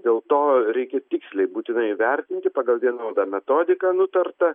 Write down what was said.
dėl to reikia tiksliai būtinai įvertinti pagal vienodą metodiką nutartą